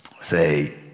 say